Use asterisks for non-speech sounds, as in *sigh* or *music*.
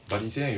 *noise*